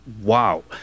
wow